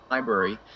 Library